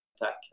attack